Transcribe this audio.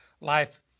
life